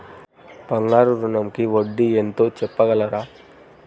బంగారు ఋణంకి వడ్డీ ఎంతో చెప్పగలరా?